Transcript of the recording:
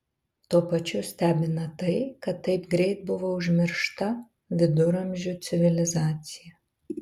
tuo pačiu stebina tai kad taip greit buvo užmiršta viduramžių civilizacija